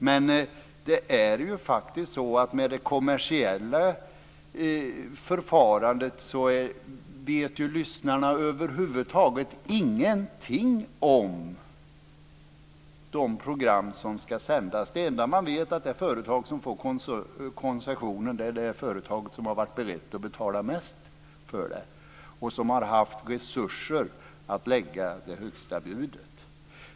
Med det kommersiella förfarandet vet lyssnarna över huvud taget ingenting om de program som ska sändas. Det enda de vet är att det företag som fått koncessionen är det företag som har varit berett att betala mest och som har haft resurser att lägga det högsta budet.